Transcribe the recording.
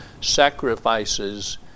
sacrifices